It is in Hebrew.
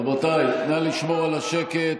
רבותיי, נא לשמור על השקט.